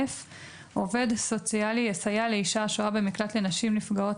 "(א)עובד סוציאלי יסייע לאישה השוהה במקלט לנשים נפגעות